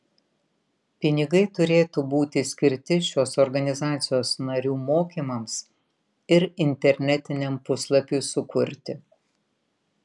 pinigai turėtų būti skirti šios organizacijos narių mokymams ir internetiniam puslapiui sukurti